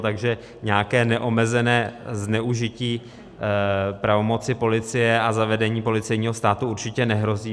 Takže nějaké neomezené zneužití pravomoci policie a zavedení policejního státu určitě nehrozí.